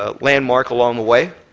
ah landmark along the way.